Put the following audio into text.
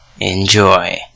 Enjoy